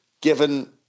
given